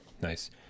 Nice